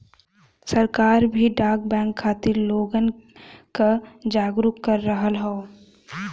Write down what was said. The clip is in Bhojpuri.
सरकार भी डाक बैंक खातिर लोगन क जागरूक कर रहल हौ